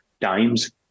times